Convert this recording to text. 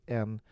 en